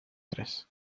tres